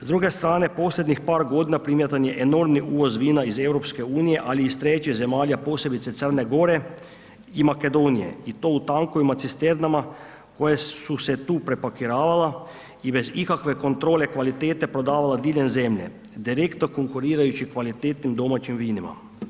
S druge strane posljednjih par godina primjetan je enormni uvoz vina iz Europske unije, ali i iz trećih zemalja, posebice Crne Gore i Makedonije, i to u tankovima cisternama, koje su se tu prepakiravala i bez ikakve kontrole kvalitete prodavala diljem zemlje, direktno konkurirajući kvalitetnim domaćim vinima.